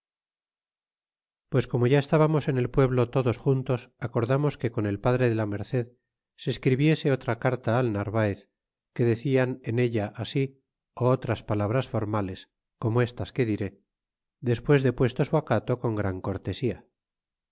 pues como ya estábamos en el pueblo todos juntos acordamos que con el padre de la merced se escribiese otra carta al narvaez que de cian en ella así ó otras palabras formales como estas que diré despues de puesto su acato con gran cortesía